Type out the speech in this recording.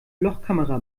lochkamera